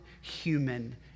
human